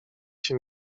się